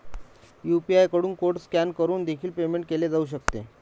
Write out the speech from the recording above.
UPI कडून code scan करून देखील पेमेंट केले जाऊ शकते